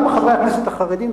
גם חברי הכנסת החרדים,